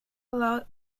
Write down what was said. allow